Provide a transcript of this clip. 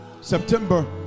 September